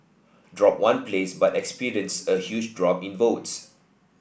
drop one place but experienced a huge drop in votes